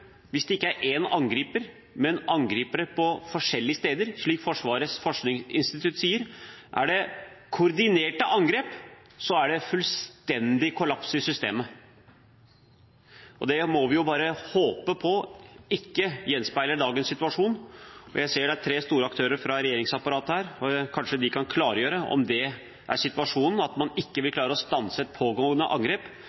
hvis det ikke er én angriper, men angripere på forskjellige steder, slik Forsvarets forskningsinstitutt sier. Skjer det koordinerte angrep, blir det fullstendig kollaps i systemet. Det må vi bare håpe på at ikke gjenspeiler dagens situasjon. Jeg ser det er tre store aktører fra regjeringsapparatet her, og de kan kanskje klargjøre om situasjonen er slik at man ikke vil